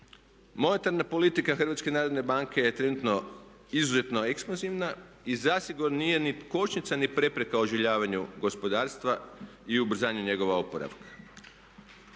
monetarna politika HNB-a je trenutno izuzetno ekspanzivna i zasigurno nije ni kočnica ni prepreka oživljavanju gospodarstva i ubrzanju njegova oporavka.